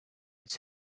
its